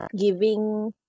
giving